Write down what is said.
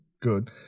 good